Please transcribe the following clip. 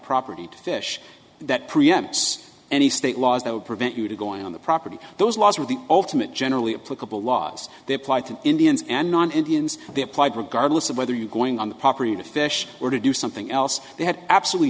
property to fish that preempts any state laws that would prevent you to go on the property those laws are the ultimate generally applicable laws they apply to indians and non indians they applied regardless of whether you're going on the property of the fish were to do something else they had absolutely